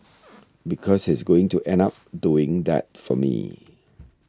because he's going to end up doing that for me